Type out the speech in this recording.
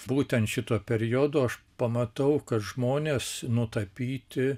būtent šituo periodu aš pamatau kad žmonės nutapyti